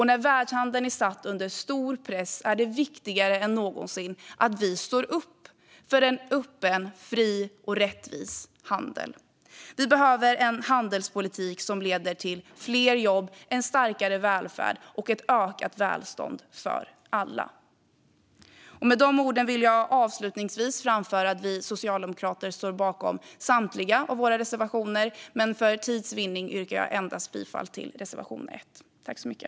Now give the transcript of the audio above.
När världshandeln är satt under stor press är det viktigare än någonsin att stå upp för en öppen, fri och rättvis handel. Det behövs en handelspolitik som leder till fler jobb, starkare välfärd och ökat välstånd för alla. Med de orden vill jag avslutningsvis framföra att vi socialdemokrater står bakom samtliga av våra reservationer, men för tids vinning yrkar jag endast bifall till reservation 1.